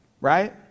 right